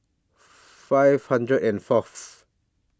five hundred and Fourth